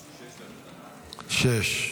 שש.